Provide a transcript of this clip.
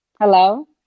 Hello